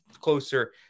closer